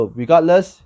regardless